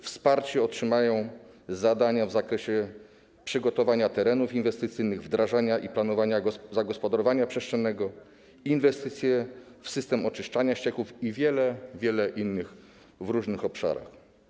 Wsparcie otrzymają zadania w zakresie przygotowania terenów inwestycyjnych, wdrażania i planowania zagospodarowania przestrzennego, inwestycje w system oczyszczania ścieków i wiele, wiele innych w różnych obszarach.